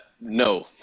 No